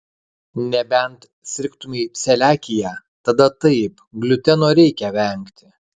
nebent sirgtumei celiakija tada taip gliuteno reikia vengti